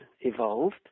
evolved